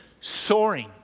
soaring